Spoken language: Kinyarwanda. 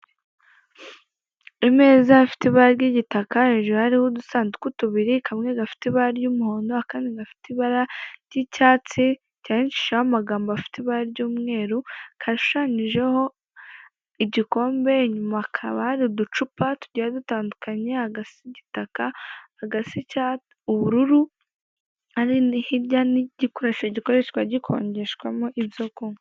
Ameza afite ibara ry'igitaka riri hariho udusanduku tubiri kamwe gafite ibara ry umuhondo kandi gafite ibara ry icyatsi cyandikishijeho amagambo afite ibara ry umweru kashushanyijeho igikombe inyuma hakaba hari ducupa tugiye dutandukanye, agasa igitaka, agasa ubururu, hirya igikoresho gikoreshwa gikongeshwamo ibyo kunywa.